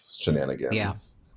shenanigans